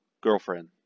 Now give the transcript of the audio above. girlfriend